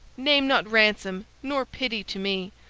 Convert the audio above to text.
name not ransom nor pity to me,